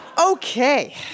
Okay